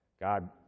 God